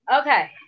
Okay